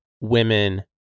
women